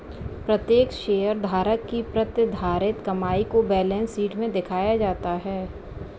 प्रत्येक शेयरधारक की प्रतिधारित कमाई को बैलेंस शीट में दिखाया जाता है